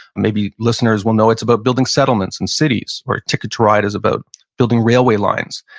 maybe listeners will know it's about building settlements and cities. or ticket to ride is about building railway lines.